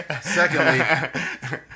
secondly